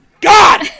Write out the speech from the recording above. god